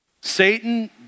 Satan